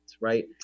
Right